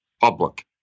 public